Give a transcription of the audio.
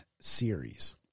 series